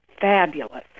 fabulous